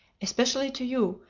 especially to you,